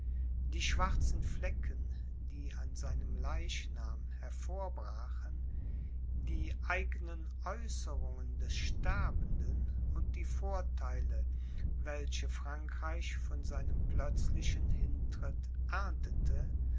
die schwarzen flecken die an seinem leichnam hervorbrachen die eignen aeußerungen des sterbenden und die vortheile welche frankreich von seinem plötzlichen hintritt erntete